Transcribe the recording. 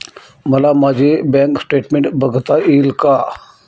मला माझे bank statement बघता येईल का?